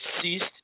ceased